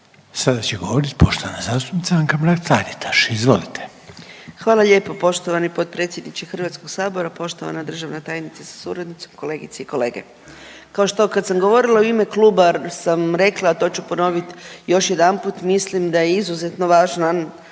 Sada će govoriti poštovana zastupnica Anka Mrak-Taritaš, izvolite. **Mrak-Taritaš, Anka (GLAS)** Hvala lijepo poštovani potpredsjedniče Hrvatskog sabora, poštovana državna tajnice sa suradnicom, kolegice i kolege. Kao što kad sam govorila u ime kluba sam rekla, a to ću ponoviti još jedanput mislim da je izuzetno važan